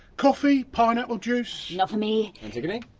coffee, pineapple juice? not for me. antigone.